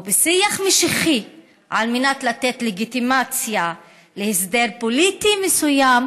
בשיח משיחי על מנת לתת לגיטימציה להסדר פוליטי מסוים,